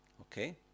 okay